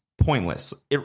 pointless